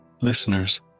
Listeners